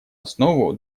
основу